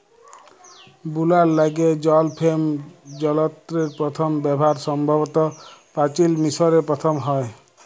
বুলার ল্যাইগে জল ফেম যলত্রের পথম ব্যাভার সম্ভবত পাচিল মিশরে পথম হ্যয়